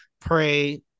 pray